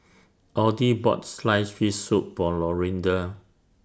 Audie bought Sliced Fish Soup For Lorinda